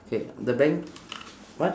K the bank what